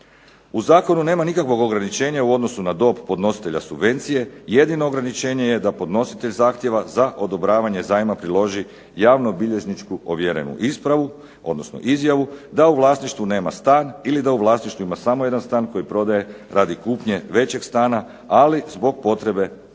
U zakonu nema nikakvog ograničenja u odnosu na dob podnositelja subvencije. Jedino ograničenje je da podnositelj zahtjeva za odobravanje zajma priloži javno-bilježničku ovjerenu ispravu odnosno izjavu da u vlasništvu nema stan ili da u vlasništvu ima samo jedna stan koji prodaje radi kupnje većeg stana ali zbog potrebe isključivo